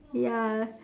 ya